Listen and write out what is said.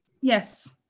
Yes